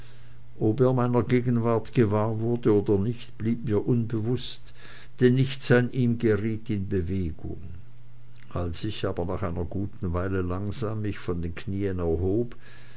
ob er meiner gegenwart gewahr wurde oder nicht blieb mir unbewußt denn nichts an ihm geriet in bewegung als ich aber nach einer guten weile langsam mich von den knieen erhob